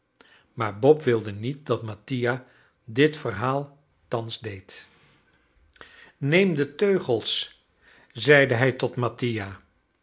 maar bob wilde niet dat mattia dit verhaal thans deed neem de teugels zeide hij tot mattia